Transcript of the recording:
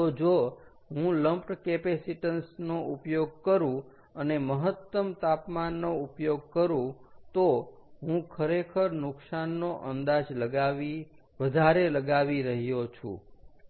તો જો હું લમ્પડ કેપેસિટન્સ નો ઉપયોગ કરું અને મહત્તમ તાપમાનનો ઉપયોગ કરો તો હું ખરેખર નુકસાન નો અંદાજ વધારે લગાવી રહ્યો છુ